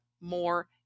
more